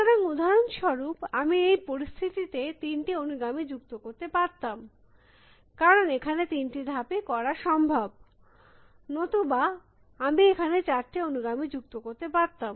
সুতরাং উদাহরণস্বরূপ আমি এই পরিস্থিতিতে তিনটি অনুগামী যুক্ত করতে পারতাম কারণ এখানে 3টি ধাপই করা সম্ভব নতুবা আমি এখানে 4টি অনুগামী যুক্ত করতে পারতাম